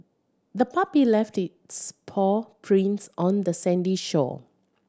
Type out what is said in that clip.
the puppy left its paw prints on the sandy shore